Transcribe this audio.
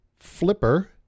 Flipper